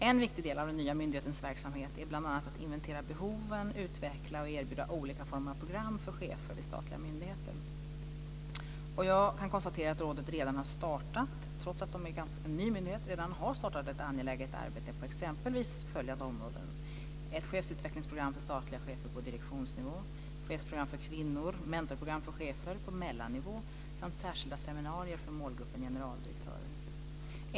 En viktig del av den nya myndighetens verksamhet är bl.a. att inventera behoven samt utveckla och erbjuda olika former av program för chefer vid statliga myndigheter. Jag kan konstatera att rådet redan har startat. Trots att det är en ganska ny myndighet har de redan startat ett angeläget arbete på exempelvis följande områden: ett chefsutvecklingsprogram för statliga chefer på direktionsnivå, ett chefsprogram för kvinnor, ett mentorsprogram för chefer på mellannivå och särskilda seminarier för målgruppen generaldirektörer.